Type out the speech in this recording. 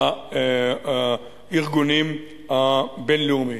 לארגונים הבין-לאומיים.